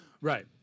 Right